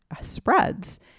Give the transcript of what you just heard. spreads